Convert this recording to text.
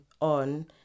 on